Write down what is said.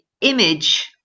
image